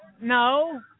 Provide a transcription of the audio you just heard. No